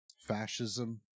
fascism